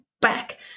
back